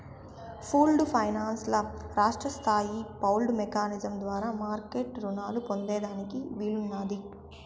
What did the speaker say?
pooled finance ల రాష్ట్రస్తాయి pooled mechanism ద్వారా మార్మెట్ రునాలు పొందేదానికి వీలున్నాది